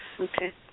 okay